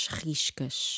riscas